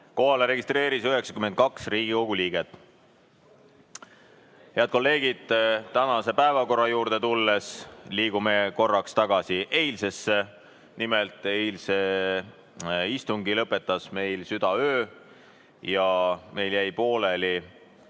registreerus 92 Riigikogu liiget. Head kolleegid! Enne tänase päevakorra juurde tulemist liigume korraks tagasi eilsesse. Nimelt, eilse istungi lõpetas meil südaöö ja meil jäi pooleli